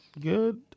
good